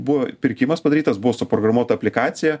buvo pirkimas padarytas buvo suprogramuota aplikacija